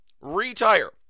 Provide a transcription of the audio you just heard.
retire